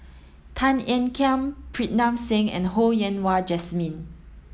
Tan Ean Kiam Pritam Singh and Ho Yen Wah Jesmine